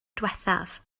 diwethaf